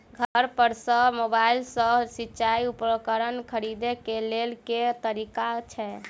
घर पर सऽ मोबाइल सऽ सिचाई उपकरण खरीदे केँ लेल केँ तरीका छैय?